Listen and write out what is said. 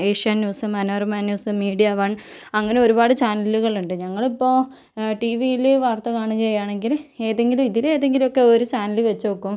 Asianet news Manorama news media one അങ്ങനെ ഒരുപാട് ചാനലുകൾ ഉണ്ട് ഞങ്ങളിപ്പോൾ ടിവിയില് വാർത്ത കാണുകയാണെങ്കിൽ ഏതെങ്കിലും ഇതിൽ ഏതെങ്കിലും ഒക്കെ ഒരു ചാനൽ വച്ചു നോക്കും